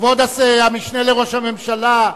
כבוד המשנה לראש הממשלה,